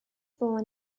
born